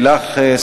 ולך,